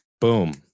boom